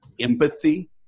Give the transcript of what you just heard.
empathy